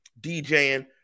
DJing